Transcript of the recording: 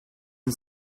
and